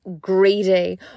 greedy